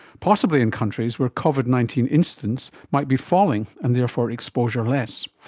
possibly in countries where covid nineteen instance might be falling and therefore exposure less.